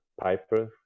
Piper